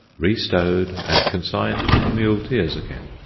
restowed, and consigned to the muleteers again.